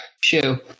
Shoe